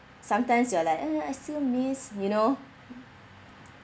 sometimes you are like uh I still miss you know